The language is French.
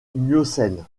miocène